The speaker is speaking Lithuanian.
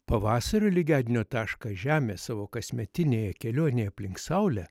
pavasario lygiadienio tašką žemė savo kasmetinėje kelionėje aplink saulę